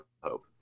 hope